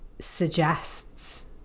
suggests